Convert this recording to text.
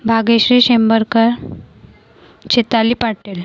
Bhagyashree Shembarkar Chetali Patil